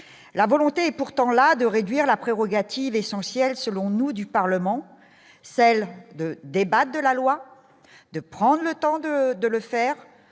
la volonté pourtant la de réduire la prérogative essentielle, selon nous, du Parlement, celle de débat de la loi de prendre le temps de de le faire